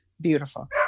beautiful